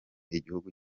igihugu